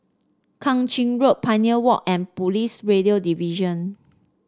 Kang Ching Road Pioneer Walk and Police Radio Division